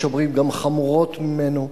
יש אומרים גם חמורות ממנה,